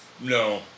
No